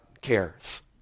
cares